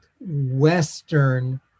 Western